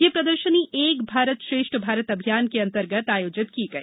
ये प्रदर्शनी एक भारत श्रेष्ठ भारत अभियान के अंतर्गत आयोजित की गई